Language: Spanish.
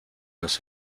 nos